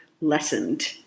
lessened